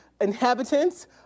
inhabitants